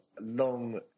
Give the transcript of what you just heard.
long